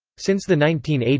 since the nineteen eighty